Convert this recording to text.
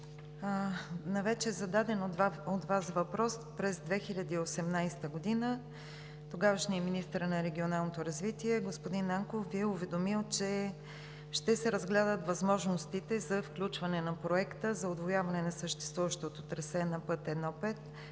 На вече зададен от Вас въпрос през 2018 г. тогавашният министър на Регионалното развитие господин Нанков Ви е уведомил, че ще се разгледат възможностите за включване на Проекта за удвояване на съществуващото трасе на път I-5